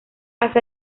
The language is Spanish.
hace